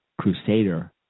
crusader